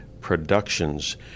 Productions